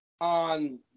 on